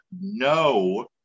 no